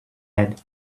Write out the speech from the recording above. head